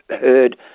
heard